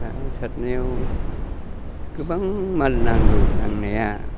ना सारनायाव गोबां माल नांगौ नांनाया